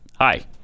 hi